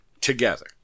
together